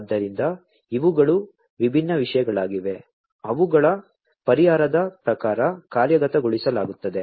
ಆದ್ದರಿಂದ ಇವುಗಳು ವಿಭಿನ್ನ ವಿಷಯಗಳಾಗಿವೆ ಅವುಗಳ ಪರಿಹಾರದ ಪ್ರಕಾರ ಕಾರ್ಯಗತಗೊಳಿಸಲಾಗುತ್ತದೆ